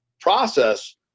process